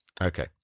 Okay